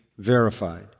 Verified